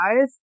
guys